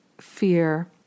fear